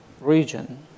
region